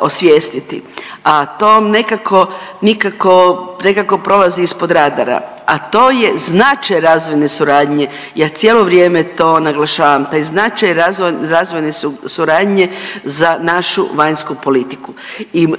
osvijestiti, a to vam nekako nikako nekako prolazi ispod radara, a to je značaj razvojne suradnje. Ja cijelo vrijeme to naglašavam. Taj značaj razvojne suradnje za našu vanjsku politiku.